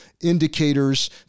indicators